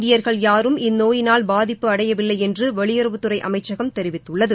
இந்தியர்கள் இந்நோயினால் பாதிப்பு அடையவில்லை என்று வெளியுறவுத்துறை யாரும் அமைச்சகம் தெரிவித்துள்ளது